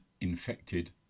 infected